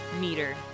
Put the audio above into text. meter